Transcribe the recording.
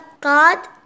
God